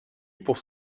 pour